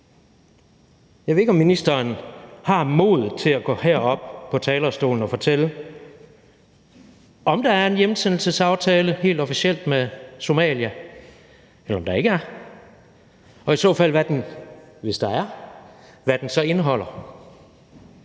Jeg ved ikke, om ministeren har modet til at gå herop på talerstolen og fortælle, om der er en hjemsendelsesaftale helt officielt med Somalia, eller om der ikke er, og hvis der er, hvad den så i så fald